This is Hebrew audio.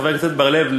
חבר הכנסת בר-לב,